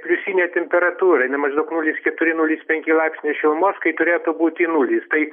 pliusinė temperatūra jinai maždaug nulis keturi nulis penki laipsnio šilumos kai turėtų būti nulis taip